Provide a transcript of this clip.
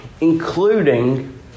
including